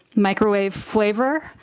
microwave flavor,